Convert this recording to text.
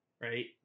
right